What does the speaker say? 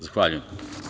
Zahvaljujem.